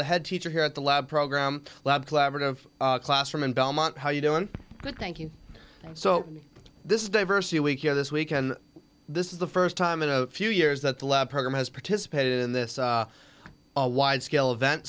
the head teacher here at the lab program lab collaborative classroom in belmont how you doing good thank you so this diversity week here this weekend this is the st time in a few years that the lab program has participated in this wide scale event